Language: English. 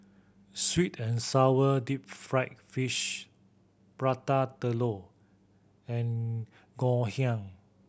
sweet and sour deep fried fish Prata Telur and Ngoh Hiang